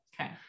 Okay